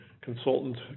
consultant